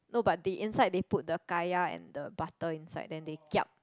no but the inside they put the kaya and the butter inside then they kiap